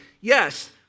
Yes